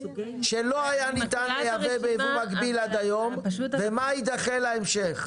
שלא היה ניתן לייבא ביבוא מקביל עד היום ומה יידחה להמשך.